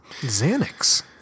Xanax